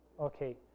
okay